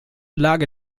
lage